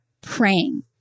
praying